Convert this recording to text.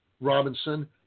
Robinson